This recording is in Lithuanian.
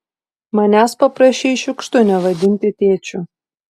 manęs paprašei šiukštu nevadinti tėčiu